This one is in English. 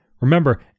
Remember